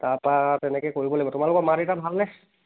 তাৰপা তেনেকৈ কৰিব লাগিব তোমালোকৰ মা দেউতাৰ ভালনে